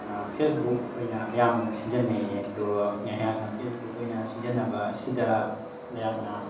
face book ꯑꯣꯏꯅ ꯑꯌꯥꯝꯕꯅ ꯁꯤꯖꯟꯅꯩꯌꯦ ꯑꯗꯨꯒ ꯑꯩꯍꯥꯛꯅ ꯐꯦꯁ ꯕꯨꯛ ꯑꯣꯏꯅ ꯁꯤꯖꯟꯅꯕ ꯑꯁꯤꯗ ꯑꯩꯍꯥꯛꯅ